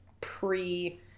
pre